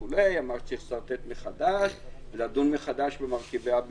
אמרו שצריך לשרטט מחדש ולדון מחדש במרכיבי הביטחון.